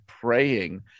praying